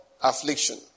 affliction